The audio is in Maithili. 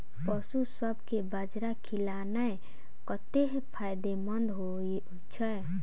पशुसभ केँ बाजरा खिलानै कतेक फायदेमंद होइ छै?